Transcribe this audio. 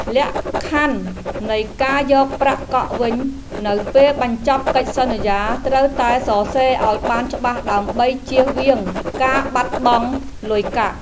លក្ខខណ្ឌនៃការយកប្រាក់កក់វិញនៅពេលបញ្ចប់កិច្ចសន្យាត្រូវតែសរសេរឱ្យបានច្បាស់ដើម្បីជៀសវាងការបាត់បង់លុយកាក់។